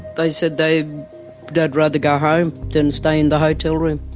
they said they'd they'd rather go home, than stay in the hotel room.